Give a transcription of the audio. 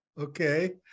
Okay